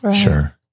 Sure